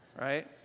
right